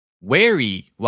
wary